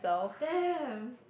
damn